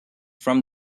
from